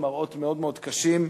מראות מאוד מאוד קשים.